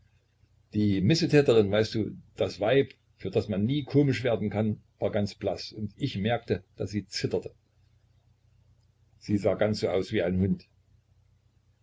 die missetäterin weißt du das weib für das man nie komisch werden kann war ganz blaß und ich merkte daß sie zitterte sie sah ganz so aus wie ein hund